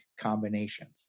combinations